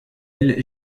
elle